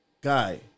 guy